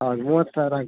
ಹೌದು ಮೂವತ್ತು ಸಾವಿರ ಆಗಿ